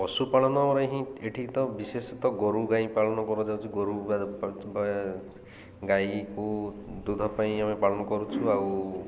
ପଶୁପାଳନରେ ହିଁ ଏଠି ତ ବିଶେଷତଃ ଗୋରୁ ଗାଈଁ ପାଳନ କରାଯାଉଛି ଗୋରୁ ଗାଈକୁ ଦୁଧ ପାଇଁ ଆମେ ପାଳନ କରୁଛୁ ଆଉ